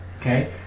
Okay